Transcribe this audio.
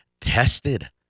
tested